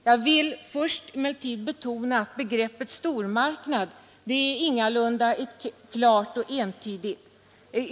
Först vill jag emellertid betona att begreppet stormarknad ingalunda är klart och entydigt.